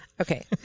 okay